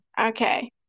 Okay